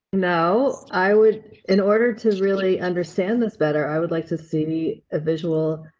no, i would in order to really understand this better. i would like to see a visual.